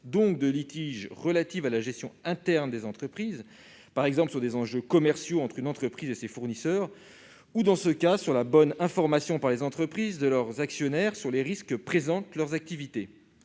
donc de litiges relatifs à la gestion interne des entreprises, par exemple sur des enjeux commerciaux entre une entreprise et ses fournisseurs ou, dans ce cas, sur la bonne information par les entreprises de leurs actionnaires sur les risques que présentent leurs activités.